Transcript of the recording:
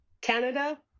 Canada